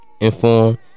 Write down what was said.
inform